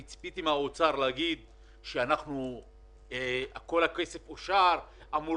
ציפיתי ממשרד האוצר להגיד שכל הכסף אושר ואמור